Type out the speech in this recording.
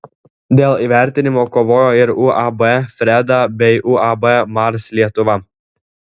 dėl įvertinimo kovojo ir uab freda bei uab mars lietuva